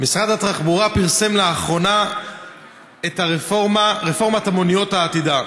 משרד התחבורה פרסם לאחרונה את רפורמת המוניות העתידה.